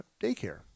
daycare